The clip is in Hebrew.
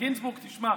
גינזבורג, תשמע.